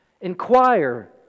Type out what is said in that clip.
inquire